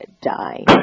die